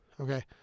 Okay